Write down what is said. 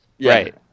Right